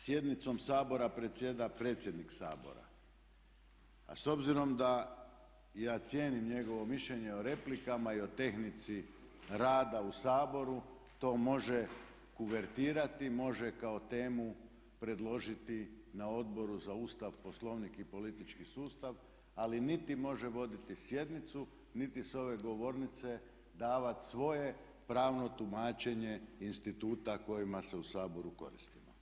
Sjednicom Sabora predsjeda predsjednik Sabora." a s obzirom da ja cijenim njegovo mišljenje o replikama i o tehnici rada u Saboru to može kuvertirati, može kao temu predložiti na Odboru za Ustav, Poslovnik i politički sustav, ali niti može voditi sjednicu niti s ove govornice davat svoje pravno tumačenje instituta kojima se u Saboru koristimo.